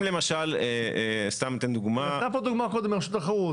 היא נתנה פה דוגמה קודם מרשות התחרות.